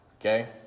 okay